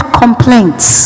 complaints